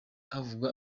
havugwa